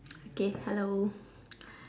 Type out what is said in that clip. okay hello